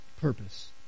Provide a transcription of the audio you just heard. purpose